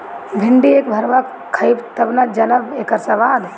भिन्डी एक भरवा खइब तब न जनबअ इकर स्वाद